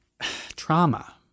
trauma